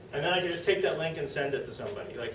then i can just take that link and send it to somebody. like,